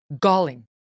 galling